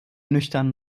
nüchtern